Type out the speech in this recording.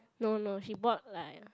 no no she bought like